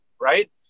right